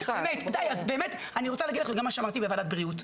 אני רוצה להגיד לכם מה שאמרתי בוועדת בריאות,